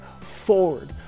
forward